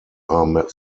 are